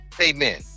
Amen